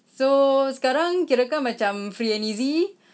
so sekarang kirakan macam free and easy